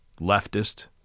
leftist